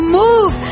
move